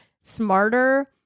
smarter